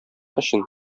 өчен